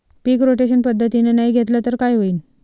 पीक rotation पद्धतीनं नाही घेतलं तर काय होईन?